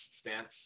stance